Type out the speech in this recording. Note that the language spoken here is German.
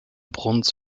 bruns